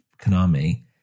Konami